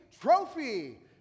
Trophy